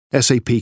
SAP